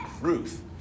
Ruth